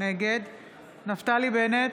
נגד נפתלי בנט,